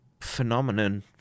phenomenon